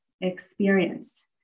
experience